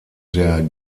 der